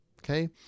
okay